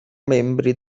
membri